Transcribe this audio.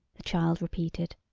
the child repeated.